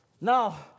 Now